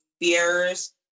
fears